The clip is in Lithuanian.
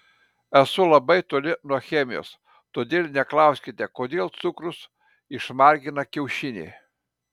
esu labai toli nuo chemijos todėl neklauskite kodėl cukrus išmargina kiaušinį